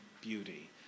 beauty